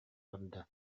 барда